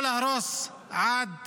לא להרוס עד